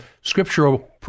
scriptural